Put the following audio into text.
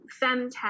femtech